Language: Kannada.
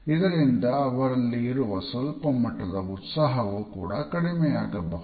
ಇದರಿಂದ ಅವರಲ್ಲಿ ಇರುವ ಸ್ವಲ್ಪ ಮಟ್ಟದ ಉತ್ಸಾಹವು ಕೂಡ ಕಡಿಮೆ ಆಗಬಹುದು